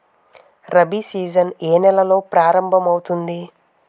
Rabi season ఏ నెలలో ప్రారంభమౌతుంది?